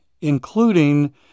including